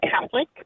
Catholic